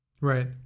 Right